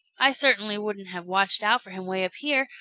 i certainly wouldn't have watched out for him way up here,